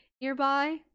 nearby